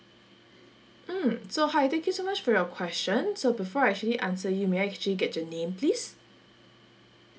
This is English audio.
mm so hi thank you so much for your question so before I actually answer you may I actually get your name please